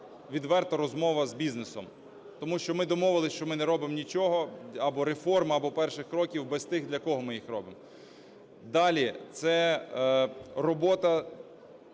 відверта розмова з бізнесом. Тому що ми домовились, що ми не робимо нічого – або реформу, або перших кроків без тих, для кого ми їх робимо. Далі. Це робота